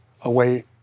away